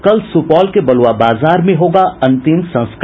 कल सुपौल के बलुआ बाजार में होगा अंतिम संस्कार